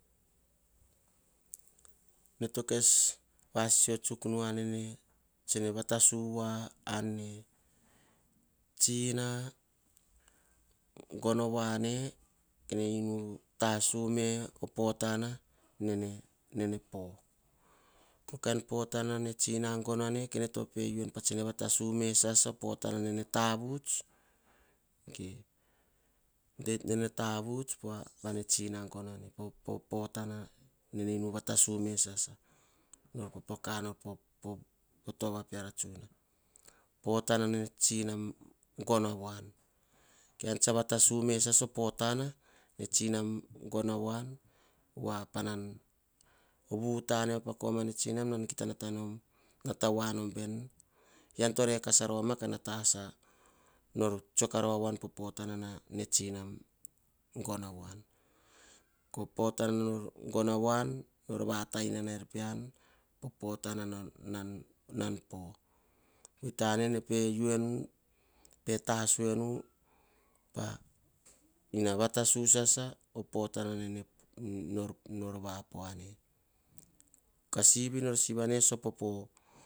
Ene to kes vasisio tsuk nu tsene vatasu. Ane tsina gono voane kene kes vatasu menu, o potana nene poh popotana ne tsina gono ane kene po u enu tse vatsu mesasa o potana nene tavuts. Bon ne tsina o potanene. Nene u nuva tasu sasa. Nor popoka nor potova peara. Potananene tsinam gono avoan. Kean tsavutsu sasa potana ne tsinan gono voan pana vuttane ma ka komane tsinam nan kita natoham veni. En rorekas rovama ka nata as a nor tsoe karova vaon popotanna tsinan gono avoan, kopotana nor gfono avoan nor vatainana er pean i potana newe poh. Veitana nene pe u enu. Pe tasu enu pa ina vatsu sasa potana nor vapo ane. Ka sivi nor sivi ane sopopo.